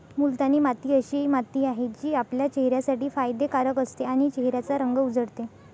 मुलतानी माती अशी माती आहे, जी आपल्या चेहऱ्यासाठी फायदे कारक असते आणि चेहऱ्याचा रंग उजळते